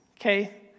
okay